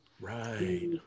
Right